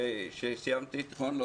כאשר סיימתי תיכון,